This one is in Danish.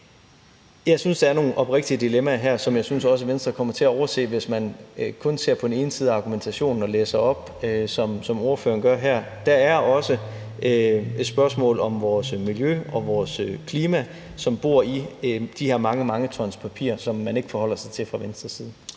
Jeg synes, der er nogle oprigtige dilemmaer her, som jeg synes Venstre kommer til at overse, hvis man kun ser på den ene side af argumentationen og læser op, som ordføreren gør her. Der er også spørgsmål om vores miljø og vores klima, som bor i de her mange, mange ton papir, som man ikke forholder sig til fra Venstres side.